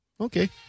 okay